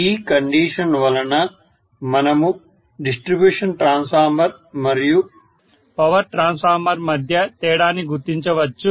ఈ కండీషన్ వలన మనము డిస్ట్రిబ్యూషన్ ట్రాన్స్ఫార్మర్ మరియు పవర్ ట్రాన్స్ఫార్మర్ మధ్య తేడాని గుర్తించవచ్చు